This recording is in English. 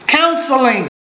Counseling